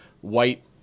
white